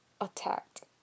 attacked